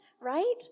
right